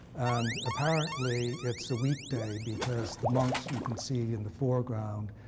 and, apparently, it's a weekday because the monks, you can see in the foreground,